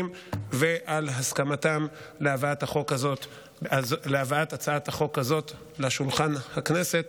ועל הסכמתם להבאת הצעת החוק הזאת לשולחן הכנסת